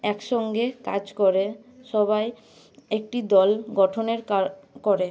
একসঙ্গে কাজ করে সবাই একটি দল গঠনের কাজ করে